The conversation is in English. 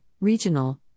regional